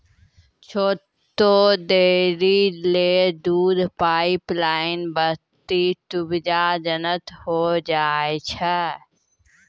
छोटो डेयरी ल दूध पाइपलाइन बड्डी सुविधाजनक होय छै